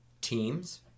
teams